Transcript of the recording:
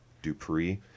dupree